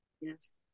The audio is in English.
Yes